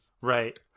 Right